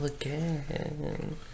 again